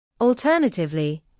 Alternatively